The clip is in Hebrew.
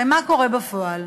הרי מה קורה בפועל?